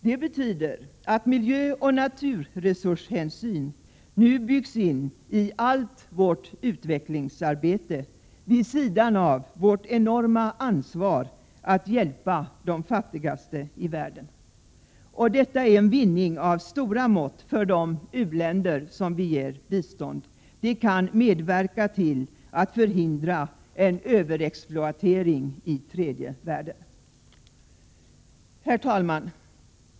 Det betyder att miljöoch naturresurshänsyn nu byggs in i allt vårt utvecklingsarbete vid sidan av vårt enorma ansvar att hjälpa de fattigaste i världen. Detta är en vinning av stora mått för de u-länder som vi ger bistånd. Det kan medverka till att förhindra en överexploatering i tredje världen. Herr talman!